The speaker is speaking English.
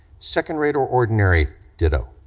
second rate or ordinary ditto,